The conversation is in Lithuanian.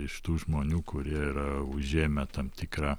iš tų žmonių kurie yra užėmę tam tikrą